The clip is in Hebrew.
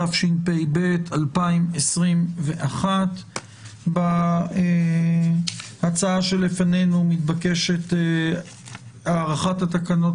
התשפ"ב 2021. בהצעה שלפנינו מתבקשת הארכת התקנות